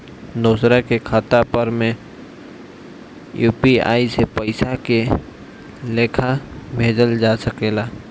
दोसरा के खाता पर में यू.पी.आई से पइसा के लेखाँ भेजल जा सके ला?